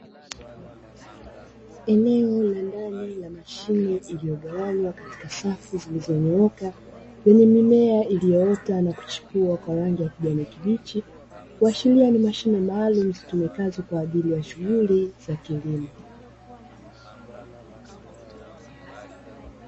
Eneo la ndani la mashine iliyogawanywa katika safu zilizonyooka lenye mimea iliyoota na kuchipua kwa rangi ya kijani kibichi, kuashiria ni mashine maalumu zitumikazo kwa ajili ya shughuli za kilimo.